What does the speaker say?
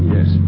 Yes